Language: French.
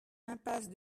impasse